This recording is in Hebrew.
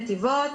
נתיבות,